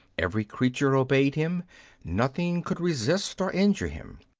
every creature obeyed him nothing could resist or injure him.